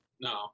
No